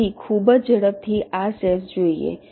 તેથી ખૂબ જ ઝડપથી આ સ્ટેપ્સ જોઈએ